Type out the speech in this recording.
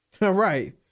Right